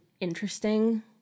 interesting